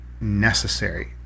necessary